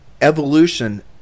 evolution